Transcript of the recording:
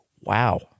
Wow